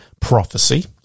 prophecy